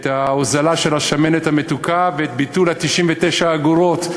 את ההוזלה של השמנת המתוקה ואת הביטול של 99 אגורות,